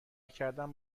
کردن